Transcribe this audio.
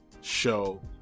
show